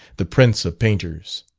the prince of painters.